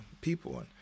people